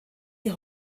sie